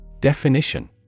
Definition